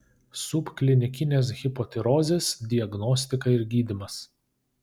subklinikinės hipotirozės diagnostika ir gydymas